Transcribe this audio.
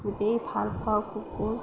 খুবেই ভালপাওঁ কুকুৰ